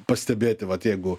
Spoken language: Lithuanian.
pastebėti vat jeigu